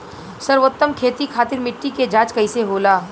सर्वोत्तम खेती खातिर मिट्टी के जाँच कईसे होला?